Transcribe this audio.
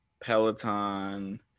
Peloton